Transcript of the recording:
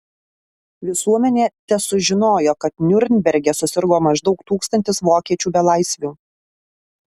visuomenė tesužinojo kad niurnberge susirgo maždaug tūkstantis vokiečių belaisvių